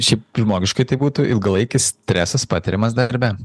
šiaip žmogiškai tai būtų ilgalaikis stresas patiriamas darbe